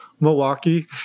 Milwaukee